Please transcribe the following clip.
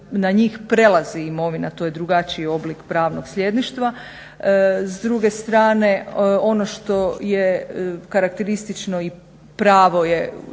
Na njih prelazi imovina to je drugačiji oblik pravnog sljedništva. S druge strane ono što je karakteristično i pravo je,